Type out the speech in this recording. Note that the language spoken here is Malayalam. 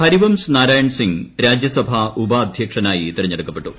ഹരിവംശ് നാരായൺ സിംഗ് രാജ്യസഭാ ഉപാധ്യക്ഷനായി തിരഞ്ഞെടുക്കപ്പെട്ടു